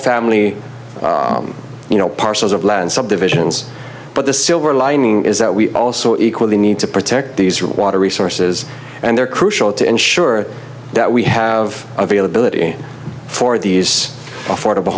family you know parcels of land subdivisions but the silver lining is that we also equally need to protect these are water resources and they're crucial to ensure that we have availability for these affordable